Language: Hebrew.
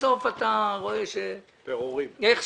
ובסוף אתה רואה שנכשלת.